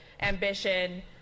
ambition